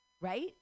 right